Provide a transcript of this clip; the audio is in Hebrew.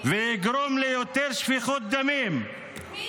------- ויגרום ליותר שפיכות דמים -- מי שמך